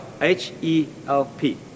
H-E-L-P